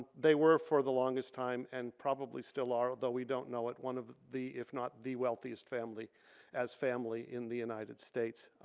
they were for the longest time and probably still are, though we don't know it, one of the, if not the wealthiest family as family in the united states.